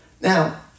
Now